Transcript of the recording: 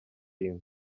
team